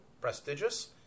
prestigious